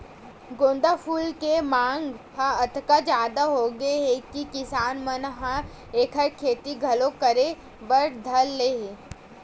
गोंदा फूल के मांग ह अतका जादा होगे हे कि किसान मन ह एखर खेती घलो करे बर धर ले हे